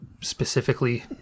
specifically